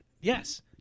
yes